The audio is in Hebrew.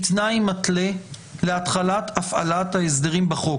תנאי מתלה להתחלת הפעלת ההסדרים בחוק.